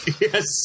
Yes